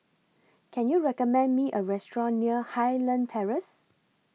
Can YOU recommend Me A Restaurant near Highland Terrace